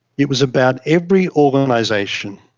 it was about every organisation,